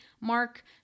mark